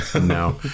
No